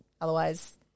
otherwise